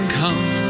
come